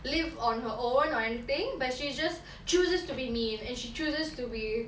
live on her own or anything but she just chooses to be mean and she chooses to be